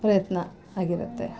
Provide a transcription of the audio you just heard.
ಪ್ರಯತ್ನ ಆಗಿರುತ್ತೆ